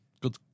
Good